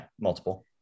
multiple